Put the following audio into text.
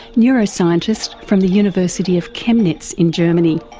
neuroscientist from the university of chemnitz in germany.